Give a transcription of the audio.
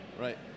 Right